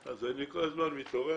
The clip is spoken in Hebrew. אז אני כל הזמן מתעורר.